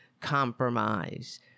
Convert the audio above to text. compromise